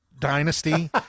dynasty